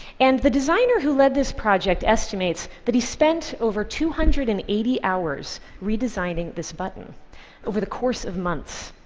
and the designer who led this project estimates that he spent over two hundred and eighty hours redesigning this button over the course of months.